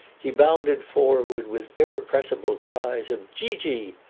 he bounded forward with irrepressible cries of geegee!